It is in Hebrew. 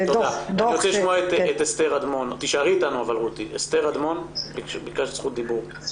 אסתר אדמון, בבקשה.